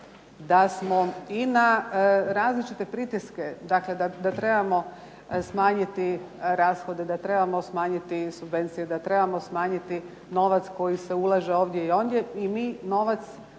da smo i na različite pritiske, dakle da trebamo smanjiti rashode, da trebamo smanjiti subvencije, da trebamo smanjiti novac koji se ulaže ovdje i ondje. I mi novac